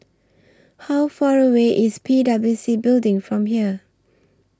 How Far away IS P W C Building from here